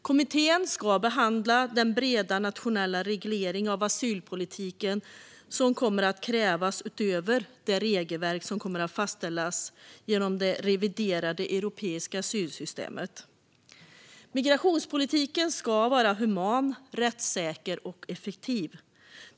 Kommittén ska behandla den breda nationella reglering av asylpolitiken som kommer att krävas utöver det regelverk som kommer att fastställas genom det reviderade europeiska asylsystemet. Migrationspolitiken ska vara human, rättssäker och effektiv.